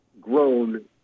grown